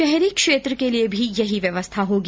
शहरी क्षेत्र के लिए भी यही व्यवस्था होगी